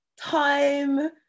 time